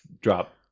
drop